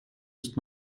ist